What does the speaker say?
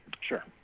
Sure